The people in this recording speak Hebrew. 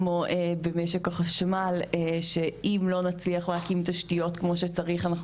כמו במשק החשמל שאם לא נצליח להקים תשתיות כמו שצריך אנחנו